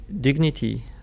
dignity